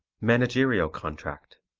managerial contract